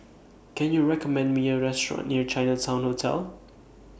Can YOU recommend Me A Restaurant near Chinatown Hotel